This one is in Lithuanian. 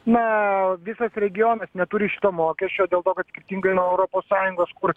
na visas regionas neturi šito mokesčio dėl to kad skirtingai nuo europos sąjungos kur